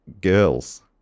Girls